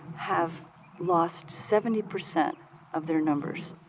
have lost seventy percent of their numbers.